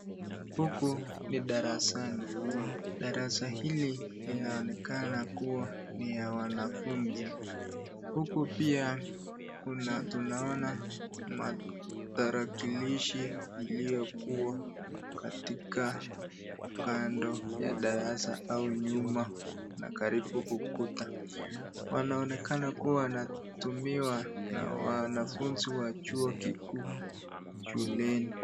Huku ni darasani, darasa hili linaonekana kuwa ni la wanafunzi. Huku pia tunaona matarakilishi yaliyokuwa katika kando ya darasa au nyuma na karibu ukuta. Zinaonekana kuwa zinatumiwa na wanafunzi wa chuo kikuu shuleni.